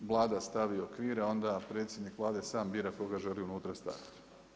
Vlada stavi okvir, a onda predsjednik Vlade sam bira koga želi unutra staviti.